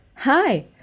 Hi